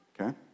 Okay